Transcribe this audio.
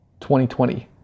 2020